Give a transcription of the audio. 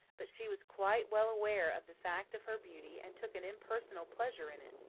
but she was quite well aware of the fact of her beauty and took an impersonal pleasure in it,